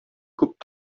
күп